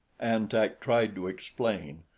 an-tak tried to explain.